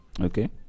okay